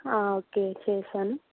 okay చేసాను